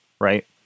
right